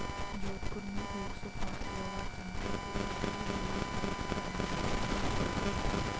जोधपुर में एक सौ पांच किलोवाट क्षमता की एग्री वोल्टाइक प्रणाली की स्थापना की गयी